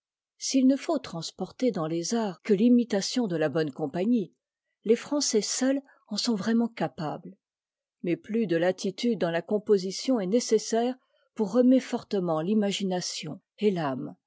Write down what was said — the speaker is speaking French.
s'il ne faut transporter dans les arts que l'imitation de la bonne compagnie les français seuls en sont vraiment capables mais plus de latitude dans la composition est nécessaire pour remuer fortement l'imagination et l'âme